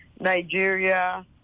Nigeria